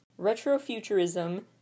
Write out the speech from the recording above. retrofuturism